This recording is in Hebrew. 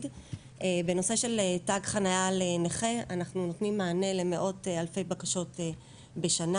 בנושא של תג חניה לנכה אנחנו נותנים מענה למאות אלפי בקשות בשנה,